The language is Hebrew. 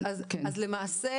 אז למעשה